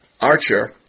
archer